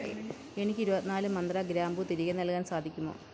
എനിക്ക് ഇരുപത്തി നാല് മന്ത്ര ഗ്രാമ്പൂ തിരികെ നൽകാൻ സാധിക്കുമോ